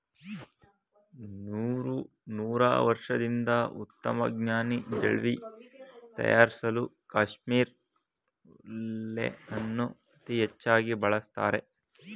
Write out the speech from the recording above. ನೂರಾರ್ವರ್ಷದಿಂದ ಉತ್ತಮ್ವಾದ ಜವ್ಳಿ ತಯಾರ್ಸಲೂ ಕಾಶ್ಮೀರ್ ಉಲ್ಲೆನನ್ನು ಅತೀ ಹೆಚ್ಚಾಗಿ ಬಳಸ್ತಾರೆ